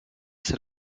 seul